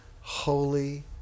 Holy